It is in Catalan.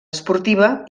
esportiva